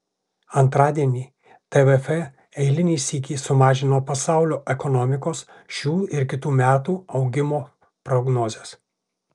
antradienį tvf eilinį sykį sumažino pasaulio ekonomikos šių ir kitų metų augimo prognozes